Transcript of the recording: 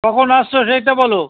কখন আসছো সেইটা বলো